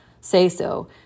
say-so